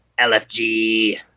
lfg